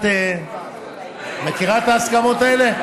את מכירה את ההסכמות האלה?